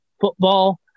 football